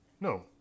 No